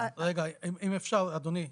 אם אפשר, אדוני.